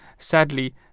Sadly